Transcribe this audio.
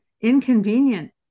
inconvenient